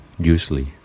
usually